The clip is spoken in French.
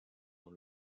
dans